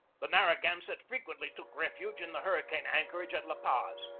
the narragansett frequently took refuge in the hurricane anchorage at la paz,